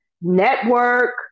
network